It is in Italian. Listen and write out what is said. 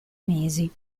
mesi